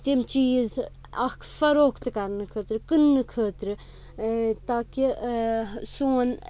تِم چیٖز اَکھ فروختہٕ کَرنہٕ خٲطرٕ کٕننہٕ خٲطرٕ تاکہِ سون